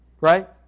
Right